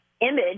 image